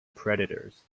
predators